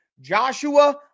Joshua